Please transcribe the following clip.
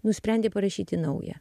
nusprendė parašyti naują